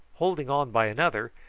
holding on by another,